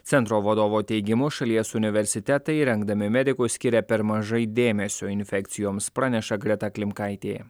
centro vadovo teigimu šalies universitetai rengdami medikus skiria per mažai dėmesio infekcijoms praneša greta klimkaitė